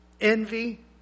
envy